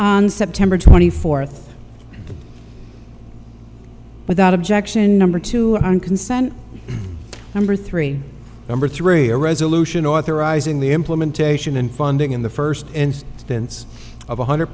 on september twenty fourth without objection number two on consent number three number three a resolution authorizing the implementation and funding in the first instance of one hundred